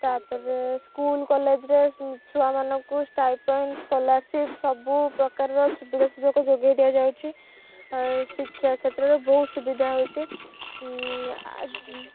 ତାପରେ ସ୍କୁଲ୍ କଲେଜରେ ଛୁଆମାନଙ୍କୁ ଷ୍ଟାଇପଣ୍ଡ ସ୍କଲାରସିପ୍ ସବୁ ପ୍ରକାରର ସୁବିଧା ସୁଯୋଗ ଯୋଗେଇ ଦିଆଯାଉଛି ଶିକ୍ଷା କ୍ଷେତ୍ରରେ ବହୁତ ସୁବିଧା ହେଉଛି ଆ